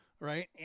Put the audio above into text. right